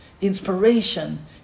inspiration